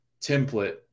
template